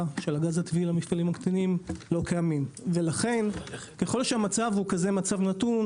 של הגז הטבעי למפעלים הקטנים לא קיימים ולכן ככל שהמצב הוא נתון,